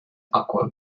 aqua